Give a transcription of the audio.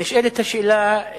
נשאלת השאלה,